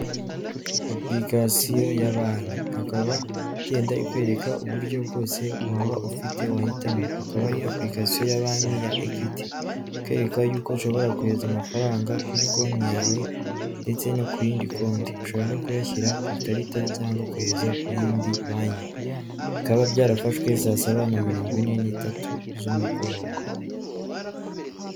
Apulikasiyo ya banki, hakaba igenda ikwereka uburyo bwose waba ufite wahitamo. Akaba ari apulikasiyo ya banki ya ekwiti. Ikwereka yuko ushobora kohereza amafaranga kuri konti yawe, ndetse no ku yindi konti. Ushobora no kuyashyira ku ikarita cyangwa ukayohereza ku y'indi banki. Bikaba byarafashwe saa saba na mirongo ine n'itatu z'umugoroba.